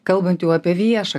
kalbant jau apie viešą